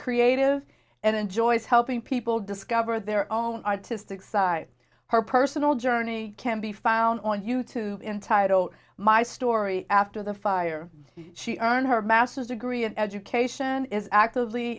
creative and enjoys helping people discover their own artistic side her personal journey can be found on you tube entitled my story after the fire she earned her master's degree in education is actively